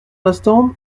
l’instant